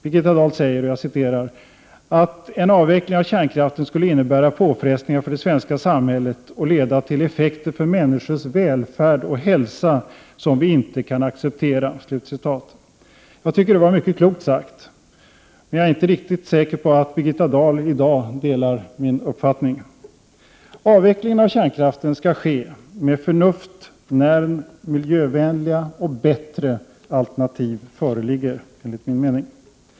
Birgitta Dahl säger att ”en avveckling av kärnkraften skulle innebära påfrestningar för det svenska samhället och leda till effekter för människors välfärd och hälsa som vi inte kan acceptera”. Jag tycker det var mycket klokt sagt. Men jag är inte riktigt säker på att Birgitta Dahl i dag delar min uppfattning. Enligt min mening skall avvecklingen av kärnkraften ske med förnuft, när miljövänliga och bättre alternativ föreligger.